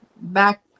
back